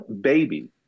baby